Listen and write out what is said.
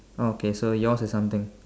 orh okay so yours is something